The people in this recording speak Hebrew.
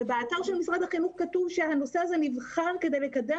באתר של משרד החינוך כתוב שהנושא הזה נבחר "כדי לקדם